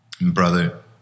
Brother